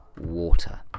water